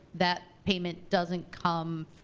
that payment doesn't come,